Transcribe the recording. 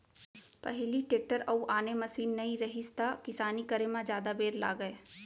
पहिली टेक्टर अउ आने मसीन नइ रहिस त किसानी करे म जादा बेर लागय